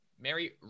Mary